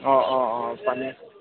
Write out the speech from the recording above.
অঁ অঁ অঁ পানী